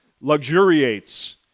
luxuriates